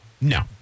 No